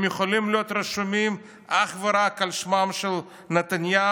הם יכולים להיות רשומים אך ורק על שמם של נתניהו,